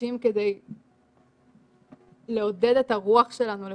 מפגשים כדי לעודד את הרוח שלנו לפחות,